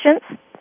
patients